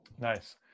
Nice